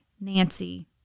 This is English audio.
Nancy